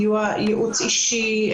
יעוץ אישי,